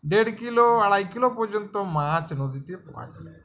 দেড় কিলো আড়াই কিলো পর্যন্ত মাছ নদীতে